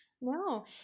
no